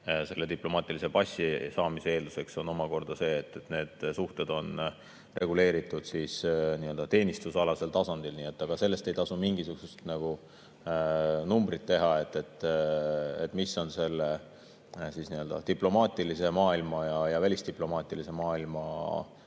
Selle diplomaatilise passi saamise eelduseks on omakorda see, et need suhted on reguleeritud teenistusalasel tasandil. Sellest ei tasu mingisugust numbrit teha. Üks on selle diplomaatilise maailma ja välisdiplomaatilise maailma